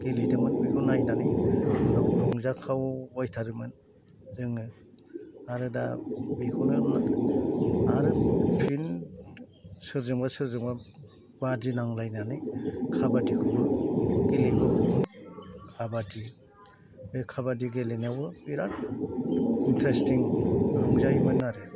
गेलेदोंमोन बेखौ नायनानै उनाव रंजाखावबायथारोमोन जोङो आरो दा बेखौनो आरो फिन सोरजोंबा सोरजोंबा बादिनांलायनानै खाबादिखौबो गेलेबोगौमोन खाबादि बे खाबादि गेलेनायावबो बिराद इन्ट्रेस्टिं रंजायोमोन आरो